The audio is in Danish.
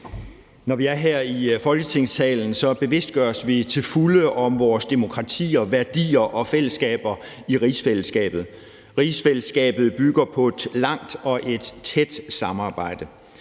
Når vi er her i Folketingssalen, bevidstgøres vi til fulde om vores demokratier, værdier og fællesskaber i rigsfællesskabet. Rigsfællesskabet bygger på et langt og et tæt samarbejde